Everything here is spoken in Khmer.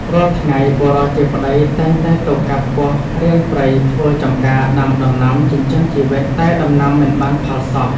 រាល់ថ្ងៃ បុរសជាប្តីតែងតែទៅកាប់គាស់រានព្រៃធ្វើ ចំការដាំដំណាំចិញ្ចឹមជីវិត តែដំណាំមិនបានផល សោះ ។